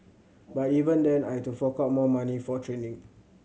but even then I'd to fork out more money for training